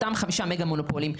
אותם חמישה מגה מונופולים.